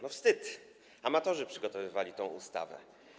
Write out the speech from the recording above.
No, wstyd, amatorzy przygotowywali tę ustawę.